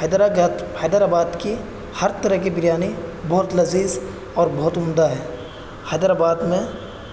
حیدراگاد Hyderabad کی ہر طرح کی بریانی بہت لذیذ اور بہت عمدہ ہے حیدر آباد میں